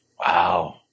wow